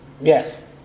Yes